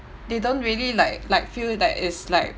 they don't really like like feel that it's like